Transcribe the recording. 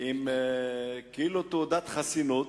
עם כאילו תעודת חסינות